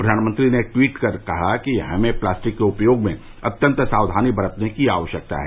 प्रघानभंत्री ने ट्वीट कर कहा कि हमें प्लास्टिक के उपयोग में अत्यंत साक्वानी बरतने की आक्स्यकता है